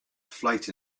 flight